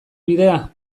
bidea